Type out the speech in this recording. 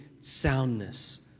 soundness